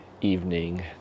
evening